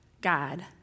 God